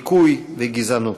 דיכוי וגזענות.